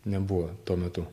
nebuvo tuo metu